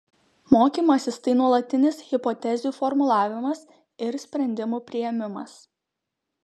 mokymasis tai nuolatinis hipotezių formulavimas ir sprendimų priėmimas